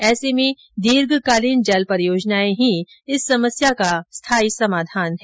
ऐसे में दीर्घकालीन जल परियोजनाएं ही इस समस्या का स्थायी समाधान है